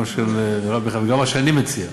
גם של מרב מיכאלי וגם את מה שאני מציע.